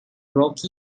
rocky